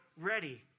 ready